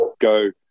go